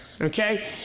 Okay